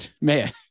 Man